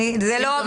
זה חוק חשוב.